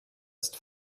ist